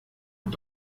und